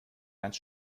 ganz